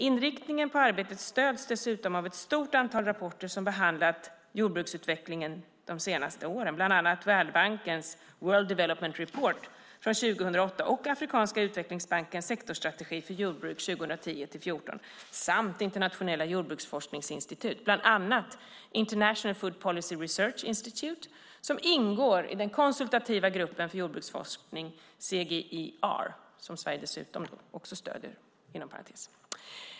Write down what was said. Inriktningen på arbetet stöds dessutom av ett stort antal rapporter som behandlat jordbruksutvecklingen de senaste åren, bland annat Världsbankens World Development Report 2008 och Afrikanska utvecklingsbankens sektorstrategi för jordbruk 2010-2014 samt internationella jordbruksforskningsinstitut, däribland International Food Policy Research Institute, Ifpri, som ingår i den konsultativa gruppen för jordbruksforskning, CGIAR, som Sverige också stöder.